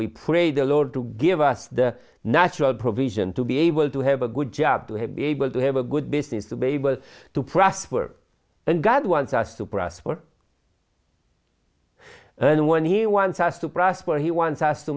we pray the lord to give us the natural provision to be able to have a good job to have be able to have a good business to be able to prosper and god wants us to prosper then when he wants us to prosper he wants us to